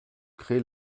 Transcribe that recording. créer